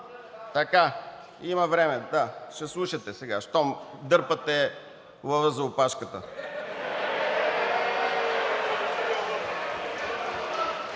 Има време, да. Ще слушате сега, щом дърпате лъва за опашката.